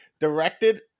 Directed